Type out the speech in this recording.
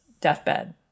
deathbed